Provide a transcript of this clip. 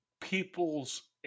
people's